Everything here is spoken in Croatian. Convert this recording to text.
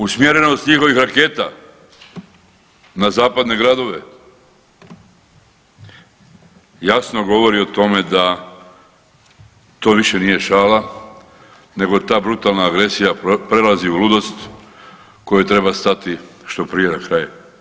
Usmjerenost njihovih raketa na zapadne gradove jasno govori o tome da to više nije šala, nego ta brutalna agresija prelazi u ludost kojoj treba stati što prije na kraj.